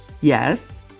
Yes